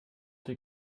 der